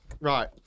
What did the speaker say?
Right